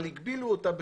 אבל הגבילו אותה בשנים.